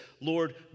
Lord